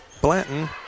Blanton